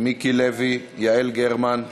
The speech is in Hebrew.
מיקי לוי, יעל גרמן,